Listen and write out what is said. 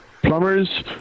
Plumbers